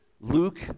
Luke